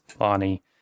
Lonnie